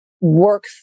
work